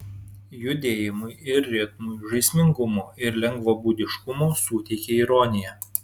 judėjimui ir ritmui žaismingumo ir lengvabūdiškumo suteikia ironija